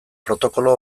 protokolo